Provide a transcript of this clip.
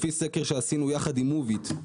לפי סקר שעשינו יחד עם "מוביט",